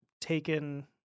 taken